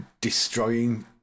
destroying